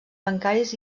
bancaris